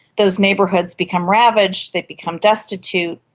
those neighbourhoods become ravaged, they become destitute,